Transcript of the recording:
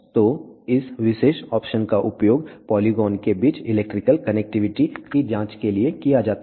तो इस विशेष ऑप्शन का उपयोग पोलीगोन के बीच इलेक्ट्रिकल कनेक्टिविटी की जांच के लिए किया जाता है